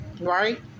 Right